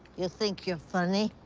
you think you're funny?